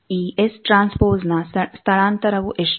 ಈ S T ಯ ಸ್ಥಳಾಂತರವು ಎಷ್ಟು